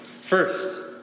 First